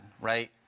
right